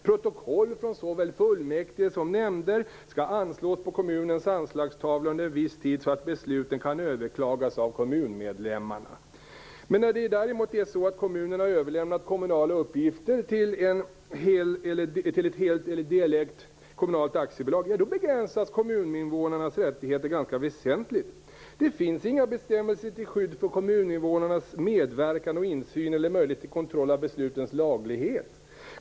Protokoll från såväl fullmäktige som nämnder skall anslås på kommunens anslagstavla under en viss tid så att besluten kan överklagas av kommunmedlemmarna. Men när kommunerna däremot har överlämnat kommunala uppgifter till ett av kommunen helt eller delvis ägt aktiebolag begränsas kommuninvånarnas rättigheter väsentligt. Det finns inga bestämmelser till skydd för kommuninvånarnas medverkan och insyn eller möjlighet till kontroll av beslutens laglighet.